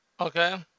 Okay